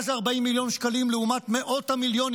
מה זה 40 מיליון שקלים לעומת מאות המיליונים